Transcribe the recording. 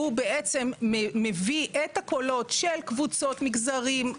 שהוא בעצם מביא את הקולות של קבוצות, מגזרים,